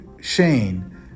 Shane